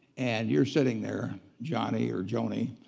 and you're sitting there, johnny or joanie,